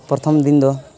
ᱯᱨᱚᱛᱷᱚᱢ ᱫᱤᱱᱫᱚ